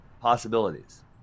possibilities